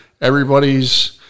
everybody's